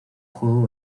juego